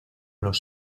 los